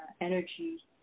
energy